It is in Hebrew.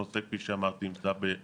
הנושא, כפי שאמרתי, נמצא בדיון.